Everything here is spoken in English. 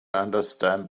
understand